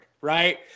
right